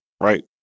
right